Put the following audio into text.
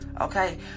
Okay